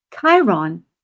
chiron